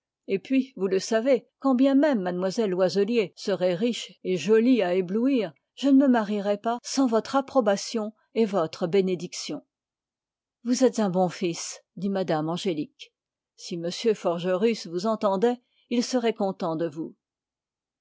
et puis vous le savez quand bien même mlle loiselier serait riche et jolie à éblouir je ne me marierais pas sans votre bénédiction vous êtes un bon fils augustin et si m forgerus vous entendait il serait content de vous